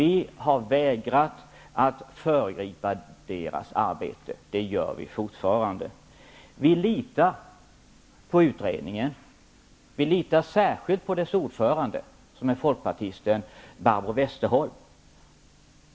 Vi har vägrat att föregripa utredningens arbete, och det gör vi fortfarande. Vi litar på utredningen, och vi litar särskilt på dess ordförande, som är folkpartisten Barbro Westerholm.